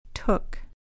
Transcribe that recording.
Took